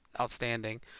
outstanding